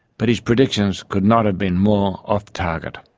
but his prediction could not have been more off target.